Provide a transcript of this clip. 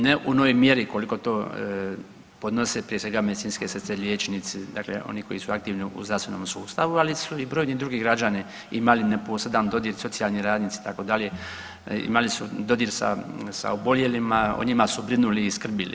Ne u onoj mjeri koliko to podnose prije svega medicinske sestre, liječnici, dakle oni koji su aktivni u zdravstvenom sustavu, ali su i brojni drugi građani imali neposredan dodir, socijalni radnici itd., imali su dodir sa oboljelima, o njima su brinuli i skrbili.